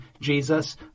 Jesus